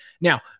Now